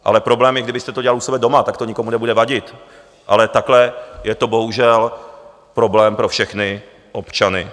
Ale problém je, kdybyste to dělal u sebe doma, tak to nikomu nebude vadit, ale takhle je to bohužel problém pro všechny občany.